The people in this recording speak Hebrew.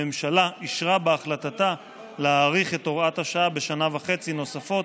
הממשלה אישרה בהחלטתה להאריך את הוראת השעה בשנה וחצי נוספות,